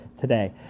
today